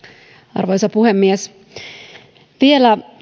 arvoisa puhemies vielä